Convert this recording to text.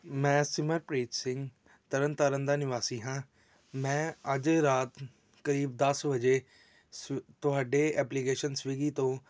ਮੈਂ ਸਿਮਰਪ੍ਰੀਤ ਸਿੰਘ ਤਰਨ ਤਾਰਨ ਦਾ ਨਿਵਾਸੀ ਹਾਂ ਮੈਂ ਅੱਜ ਰਾਤ ਕਰੀਬ ਦਸ ਵਜੇ ਸਵੀ ਤੁਹਾਡੇ ਐਪਲੀਕੇਸ਼ਨ ਸਵਿਗੀ ਤੋਂ